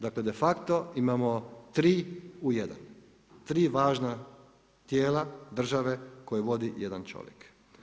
Dakle, de facto imamo 3 u 1. 3 važna tijela države koje vodi jedan čovjek.